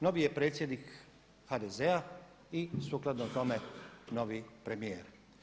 Novi je predsjednik HDZ-a i sukladno tome novi premijer.